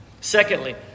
Secondly